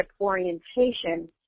orientation